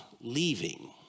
leaving